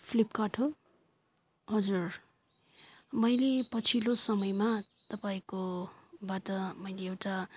Flipkart हो हजुर मैले पछिल्लो समयमा तपाईँकोबाट मैले एउटा